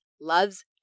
loves